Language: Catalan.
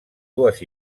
dues